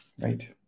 Right